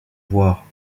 voir